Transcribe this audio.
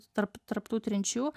tarp tarp tų trinčių